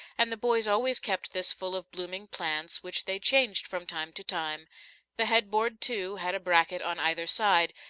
and the boys always kept this full of blooming plants, which they changed from time to time the head-board, too, had a bracket on either side,